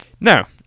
Now